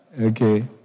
Okay